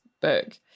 book